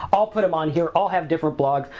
i'll put em on here, i'll have different blogs,